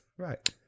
Right